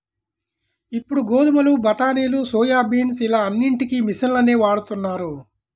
ఇప్పుడు గోధుమలు, బఠానీలు, సోయాబీన్స్ ఇలా అన్నిటికీ మిషన్లనే వాడుతున్నారు